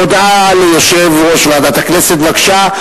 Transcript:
הודעה ליושב-ראש ועדת הכנסת, בבקשה.